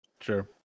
Sure